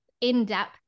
in-depth